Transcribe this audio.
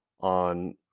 on